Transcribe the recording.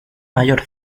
mayor